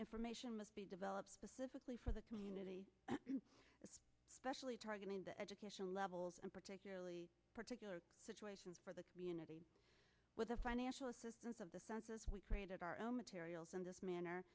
information must be developed specifically for the community specially targeting the education levels and particularly particular situation for the community with the financial assistance of the census we created our own materials in this manner